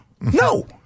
No